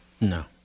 No